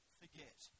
forget